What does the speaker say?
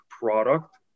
product